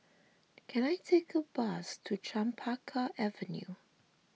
can I take a bus to Chempaka Avenue